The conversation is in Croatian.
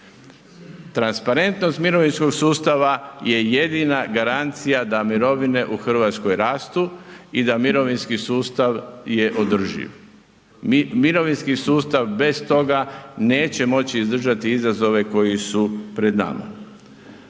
Transparentnost mirovinskog sustava je jedina garancija da mirovine u Hrvatskoj rastu i da mirovinski sustav je održiv. Mirovinski sustav bez toga neće moći izdržati izazove koji su pred nama.